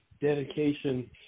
dedication